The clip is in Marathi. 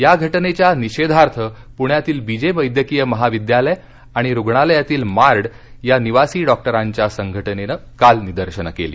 या घटनेच्या निषेधार्थ पुण्यातील बी जे वैद्यकिय महाविद्यालय आणि रुग्णालयातील मार्ड या निवासी डॉक्टरांच्या संघटनेनं काल निदर्शनं केली